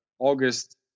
August